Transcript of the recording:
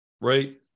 right